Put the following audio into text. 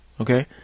okay